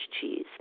cheese